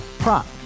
Prop